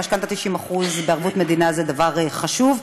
משכנתה 90% בערבות המדינה זה דבר חשוב,